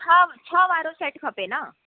छह वारो सेट खपे न